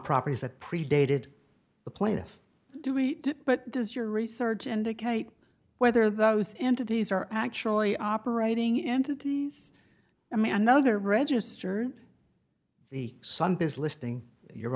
properties that predated the plaintiff do we did but does your research indicate whether those entities are actually operating entities i mean another registered the sun does listing your